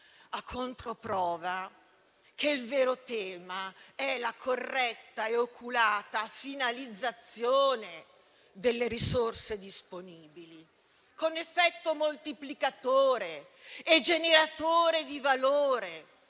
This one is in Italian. La controprova è che il vero tema è la corretta e oculata finalizzazione delle risorse disponibili, con effetto moltiplicatore e generatore di valore,